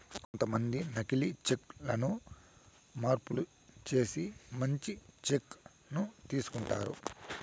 కొంతమంది నకీలి చెక్ లను మార్పులు చేసి మంచి చెక్ ను తీసుకుంటారు